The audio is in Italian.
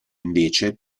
invece